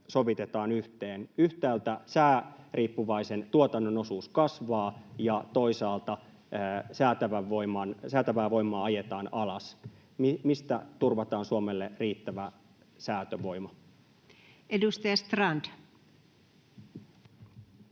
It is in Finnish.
sovitetaan yhteen, kun yhtäältä sääriippuvaisen tuotannon osuus kasvaa ja toisaalta säätävää voimaa ajetaan alas? Mistä turvataan Suomelle riittävä säätövoima? [Speech